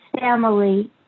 family